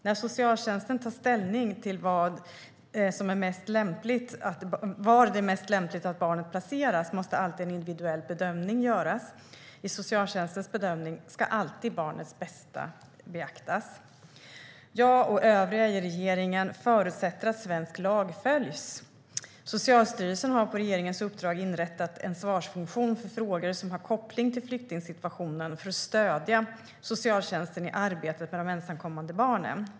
När socialtjänsten tar ställning till var det är mest lämpligt att barnet placeras måste alltid en individuell bedömning göras. I socialtjänstens bedömning ska alltid barnets bästa beaktas. Jag och övriga i regeringen förutsätter att svensk lag följs. Socialstyrelsen har på regeringens uppdrag inrättat en svarsfunktion för frågor som har koppling till flyktingsituationen för att stödja socialtjänsten i arbetet med de ensamkommande barnen.